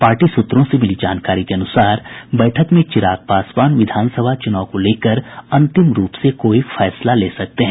party सूत्रों से मिली जानकारी के अनुसार बैठक में चिराग पासवान विधानसभा चुनाव को लेकर अंतिम रूप से कोई फैसला ले सकते हैं